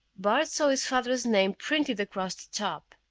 bart saw his father's name printed across the top.